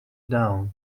down